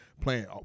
playing